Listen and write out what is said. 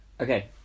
Okay